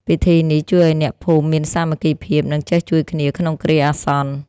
ពិធីនេះជួយឱ្យអ្នកភូមិមានសាមគ្គីភាព និងចេះជួយគ្នាក្នុងគ្រាអាសន្ន។